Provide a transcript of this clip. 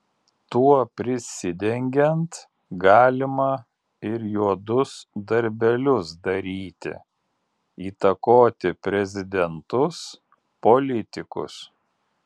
tuo prisidengiant galima ir juodus darbelius daryti įtakoti prezidentus politikus